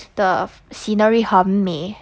the scenery 很美